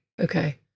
okay